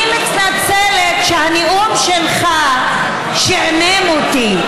אני מתנצלת שהנאום שלך שעמם אותי,